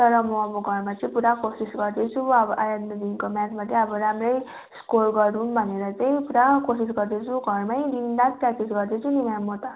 तर म अब घरमा चाहिँ पुरा कोसिस गर्दैछु अब आइन्दादेखिको म्याचमा चाहिँ अब राम्रै स्कोर गरौँ भनेर चाहिँ पुरा कोसिस गर्दैछु घरमै दिनरात प्रयाक्टिस गर्दैछु नि म्याम म त